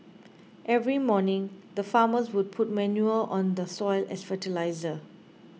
every morning the farmers would put manure on the soil as fertiliser